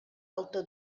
alta